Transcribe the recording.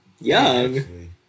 Young